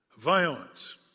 violence